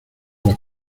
las